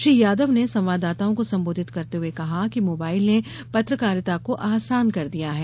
श्री यादव ने संवाददाताओं को संबोधित करते हुए कहा कि मोबाइल ने पत्रकारिता को आसान कर दिया है